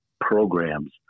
programs